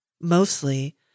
Mostly